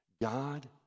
God